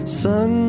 sun